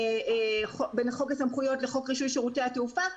חוק הסמכויות לחוק רישוי שירותי התעופה,